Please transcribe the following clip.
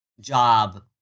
job